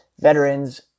veterans